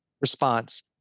response